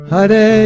Hare